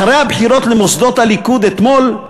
אחרי הבחירות למוסדות הליכוד אתמול,